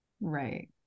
Right